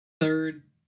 Third